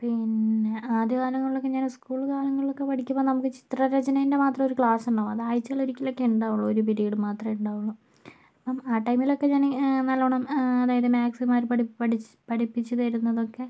പിന്നെ അദ്യ കാലങ്ങളിലൊക്കെ ഞാന് സ്കുളു കാലങ്ങളിലൊക്കെ പഠിക്കുമ്പോൾ നമുക്ക് ചിത്ര രചനെൻ്റെ മാത്രം ഒരു ക്ലാസ്സുണ്ടാവും അത് ആഴ്ചേലൊരിക്കെ ഒക്കെ ഉണ്ടാവുകയുള്ളു ഒരു പിരീഡ് മാത്രേ ഉണ്ടാവുകയുള്ളു അപ്പം ആ ടൈമിലൊക്കെ ഞാന് നല്ലോണം അതായത് മാക്സിമം പഠി പഠിച്ച് പഠിപ്പിച്ച് തരുന്നതൊക്കെ